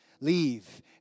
Leave